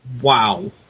Wow